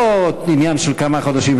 לא עניין של כמה חודשים,